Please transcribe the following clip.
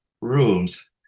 rooms